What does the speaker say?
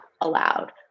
allowed